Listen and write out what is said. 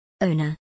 Owner